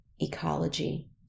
ecology